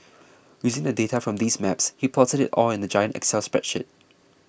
using the data from these maps he plotted it all in a giant excel spreadsheet